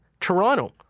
Toronto